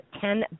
Ten